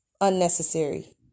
unnecessary